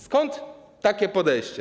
Skąd takie podejście?